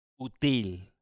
útil